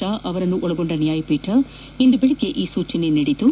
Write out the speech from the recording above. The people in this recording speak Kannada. ಶಾ ಅವರನ್ನು ಒಳಗೊಂಡ ನ್ಥಾಯಪೀಠವೊಂದು ಇಂದು ಬೆಳಗ್ಗೆ ಈ ಸೂಚನೆ ನೀಡಿದ್ದು